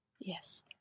Yes